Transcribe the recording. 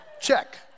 check